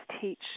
teach